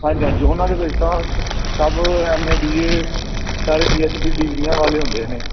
ਹਾਂਜੀ ਹਾਂਜੀ ਉਹਨਾਂ ਦੇ ਵਿੱਚ ਤਾਂ ਸਭ ਐਮ ਏ ਬੀ ਏ ਸਾਰੇ ਪੀ ਐਚ ਡੀ ਡਿਗਰੀਆਂ ਵਾਲੇ ਹੁੰਦੇ ਨੇ